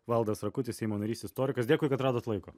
valdas rakutis seimo narys istorikas dėkui kad radot laiko